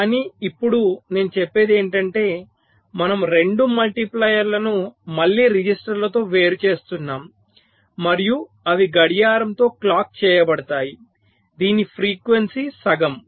కానీ ఇప్పుడు నేను చెప్పేది ఏమిటంటే మనము 2 మల్టిప్లైయర్లను మళ్ళీ రిజిస్టర్లతో వేరుచేస్తాము మరియు అవి గడియారంతో క్లాక్ చేయబడతాయి దీని ఫ్రీక్వెన్సీ సగం